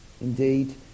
indeed